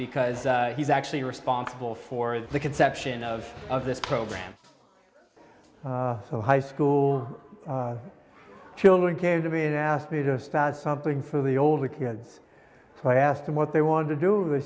because he's actually responsible for the conception of of this program so high school children came to me and asked me just as something for the older kids so i asked them what they wanted to do the